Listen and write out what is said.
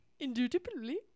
indubitably